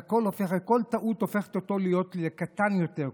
כל טעות הופכת אותו לקטן יותר,